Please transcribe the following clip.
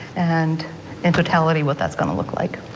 and in totality what that's gonna look like.